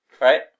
right